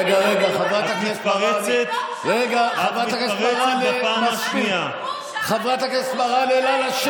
רגע, רגע, חברת הכנסת מראענה.